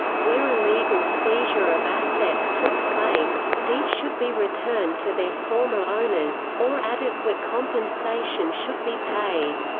where illegal seizure of assets took place, these should be returned to their former owners, or adequate compensation should be paid.